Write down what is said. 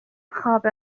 خواب